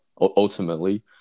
ultimately